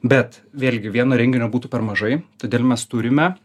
bet vėlgi vieno renginio būtų per mažai todėl mes turime